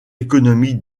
économiques